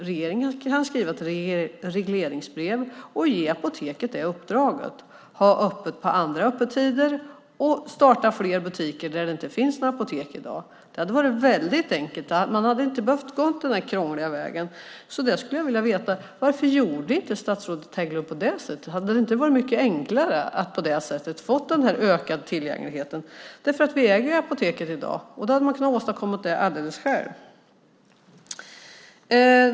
Regeringen kan skriva ett regleringsbrev och ge Apoteket uppdraget att ha öppet på andra öppettider och starta butiker där det inte finns apotek i dag. Det hade varit enkelt. Man behöver inte gå den krångliga vägen. Varför har statsrådet Hägglund inte gjort så? Hade det inte varit enklare att på det sättet få en ökad tillgänglighet? Vi äger Apoteket i dag, och det kan man åstadkomma själv.